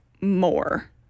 more